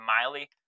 miley